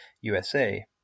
USA